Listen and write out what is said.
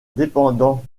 dépendant